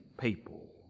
people